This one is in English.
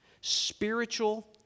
spiritual